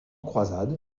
croisades